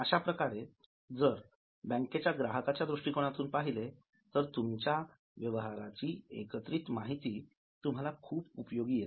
अशाप्रकारे जर बँकेच्या ग्राहकाच्या दृष्टिकोनातून पहिले तर तुमच्या व्यवहाराची एकत्रित माहिती तुम्हाला खूप उपयोगी येते